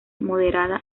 moderada